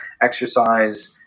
exercise